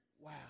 Wow